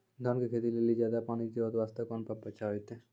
धान के खेती के लेली ज्यादा पानी के जरूरत वास्ते कोंन पम्प अच्छा होइते?